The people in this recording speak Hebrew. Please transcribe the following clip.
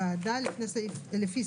תראו,